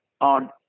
on